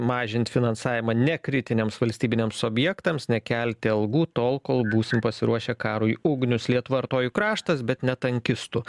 mažint finansavimą ne kritiniams valstybiniams objektams nekelti algų tol kol būsim pasiruošę karui ugnius lietuva artojų kraštas bet ne tankistų